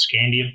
scandium